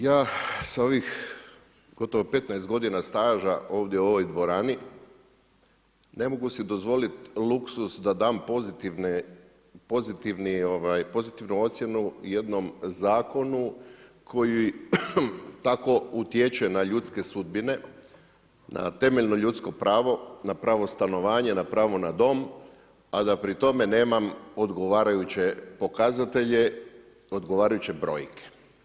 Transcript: Ja sa ovih gotovo 15 godina staža ovdje u ovoj dvorani ne mogu si dozvoliti luksuz da dam pozitivnu ocjenu jednom zakonu koji tako utječe na ljudske sudbine, na temeljno ljudsko pravo, na pravo na stanovanje, na pravo na dom a da pri tome nemam odgovarajuće pokazatelje, odgovarajuće brojke.